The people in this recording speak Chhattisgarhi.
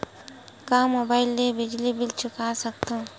का मुबाइल ले बिजली के बिल चुका सकथव?